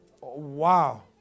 wow